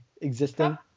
existing